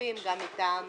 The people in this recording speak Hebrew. הגופים וגם מטעם